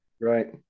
Right